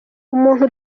umuntu